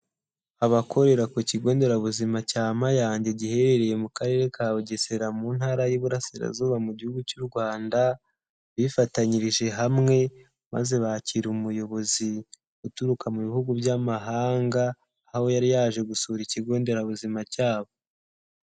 Abakorera ku kigo nderabuzima cya Mayange giherereye mu karere ka Bugesera mu ntara y'Iburasirazuba mu gihugu cy'u Rwanda, bifatanyirije hamwe maze bakira umuyobozi uturuka mu bihugu by'amahanga aho yari yaje gusura ikigo nderabuzima cya bo.